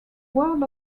word